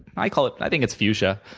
i call it i think it's fuchsia,